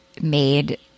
made